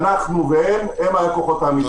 אנחנו והם הם הלקוחות האמיתיים.